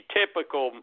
typical